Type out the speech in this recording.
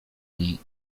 niej